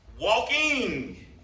Walking